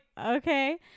okay